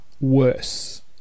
worse